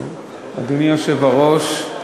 אדוני היושב בראש,